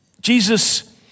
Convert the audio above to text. Jesus